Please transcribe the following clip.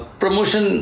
promotion